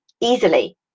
easily